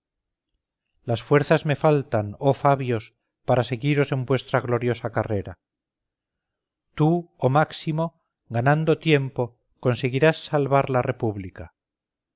las fuerzas me faltan oh fabios para seguiros en vuestra gloriosa carrera tú oh máximo ganando tiempo conseguirás salvar la república